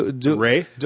Ray